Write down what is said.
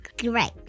Great